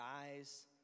eyes